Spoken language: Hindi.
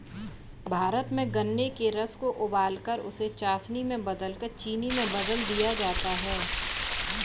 भारत में गन्ने के रस को उबालकर उसे चासनी में बदलकर चीनी में बदल दिया जाता है